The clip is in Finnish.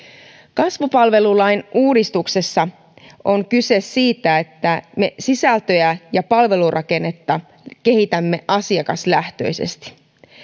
kasvupalvelulain uudistuksessa on kyse siitä että me sisältöjä ja palvelurakennetta kehitämme asiakaslähtöisesti